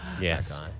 Yes